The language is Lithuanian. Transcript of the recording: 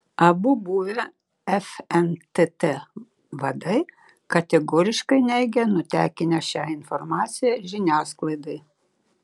abu buvę fntt vadai kategoriškai neigia nutekinę šią informaciją žiniasklaidai